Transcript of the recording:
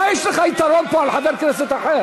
מה היתרון יש לך פה על חבר כנסת אחר?